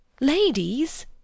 Ladies